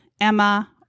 Emma